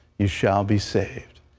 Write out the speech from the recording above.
you shall be saved.